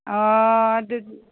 ꯑꯥ ꯑꯗꯨꯗꯤ